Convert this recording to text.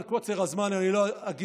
אבל בגלל קוצר הזמן אני לא אגיד.